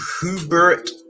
Hubert